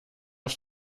auf